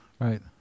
Right